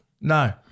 No